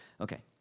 Okay